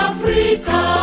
Africa